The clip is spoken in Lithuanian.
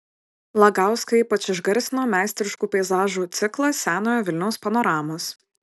lagauską ypač išgarsino meistriškų peizažų ciklas senojo vilniaus panoramos